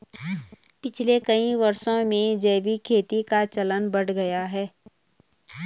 पिछले कई वर्षों में जैविक खेती का चलन बढ़ गया है